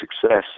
success